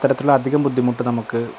അത്തരത്തിലുള്ള അധികം ബുദ്ധിമുട്ട് നമുക്ക്